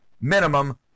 minimum